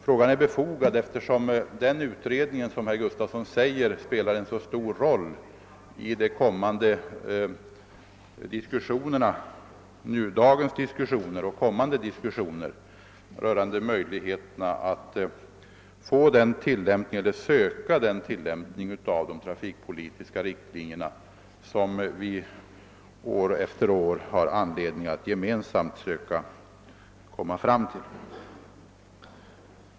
Frågan är befogad, eftersom denna utredning, såsom herr Gustafson säger, spelar en stor roll för dagens diskussioner om den tillämpning av de trafikpolitiska riktlinjerna som vi gemensamt skall utforma.